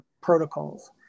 protocols